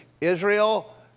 Israel